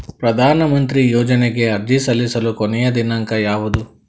ಪ್ರಧಾನ ಮಂತ್ರಿ ಯೋಜನೆಗೆ ಅರ್ಜಿ ಸಲ್ಲಿಸಲು ಕೊನೆಯ ದಿನಾಂಕ ಯಾವದು?